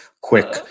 quick